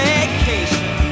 Vacation